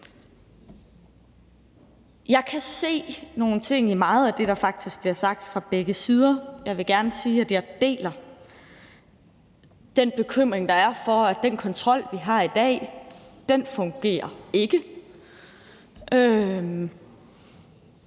faktisk se nogle ting i meget af det, der bliver sagt fra begge sider. Jeg vil gerne sige, at jeg deler den bekymring, der er, for, at den kontrol, vi har i dag, ikke fungerer.